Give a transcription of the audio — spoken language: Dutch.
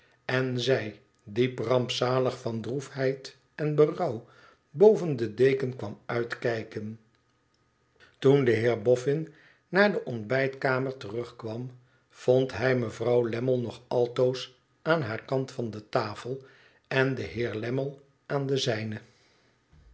en zij diep rampzalig van droefheid en berouw boven de deken kwam uitkijken toen de heer boffin naar de ontbijtkamer terugkwam vond hij mevrouw lammie nog altoos aan haar kant van de tafel en den heer lammie aan den zijnen